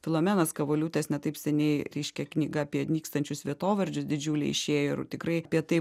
filomenos kavoliūtės ne taip seniai reiškia knyga apie nykstančius vietovardžius didžiulė išėjo ir tikrai apie tai